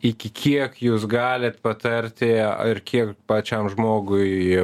iki kiek jūs galit patarti ir kiek pačiam žmogui